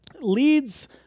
leads